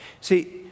See